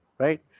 Right